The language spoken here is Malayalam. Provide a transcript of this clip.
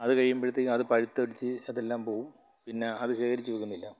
അത് കഴിയുമ്പോഴത്തേക്കും അത് പഴുത്തടിച്ച് അതെല്ലാം പോവും പിന്നെ അത് ശേഖരിച്ച് വയ്ക്കുന്നില്ല